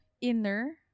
Inner